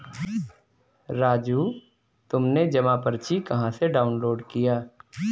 राजू तुमने जमा पर्ची कहां से डाउनलोड किया?